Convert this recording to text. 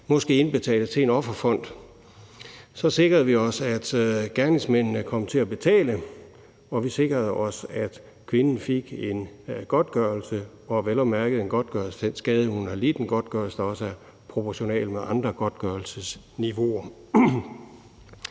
måske indbetales til en offerfond. Så sikrede vi os, at gerningsmændene kom til at betale, og vi sikrede os, at kvinden fik en godtgørelse, vel at mærke en godtgørelse for den skade, hun har lidt, en godtgørelse, der også er proportional med andre godtgørelsesniveauer.